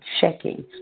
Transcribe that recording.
checking